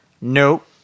Nope